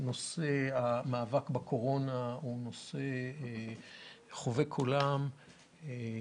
נושא המאבק בקורונה הוא נושא חובק עולם,